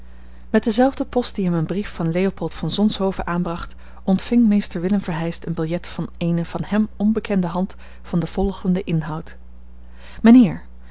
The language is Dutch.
met dezelfde post die hem een brief van leopold van zonshoven aanbracht ontving mr willem verheyst een biljet van eene hem onbekende hand van den volgenden inhoud